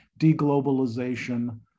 deglobalization